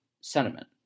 sentiment